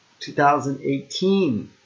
2018